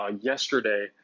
yesterday